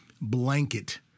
blanket